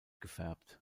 gefärbt